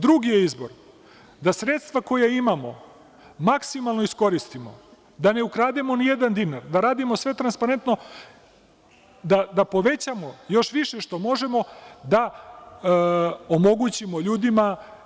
Drugi izbor je da sredstva koja imamo maksimalno iskoristimo, da ne ukrademo ni jedan dinar, da radimo sve transparentno, da povećamo još više što možemo, da omogućimo ljudima.